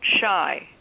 shy